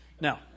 Now